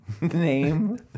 Name